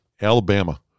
Alabama